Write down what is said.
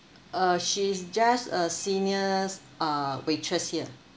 uh she's just a senior s~ uh waitress here